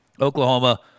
Oklahoma